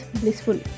blissful